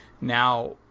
Now